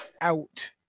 out